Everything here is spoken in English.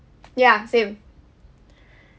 yeah same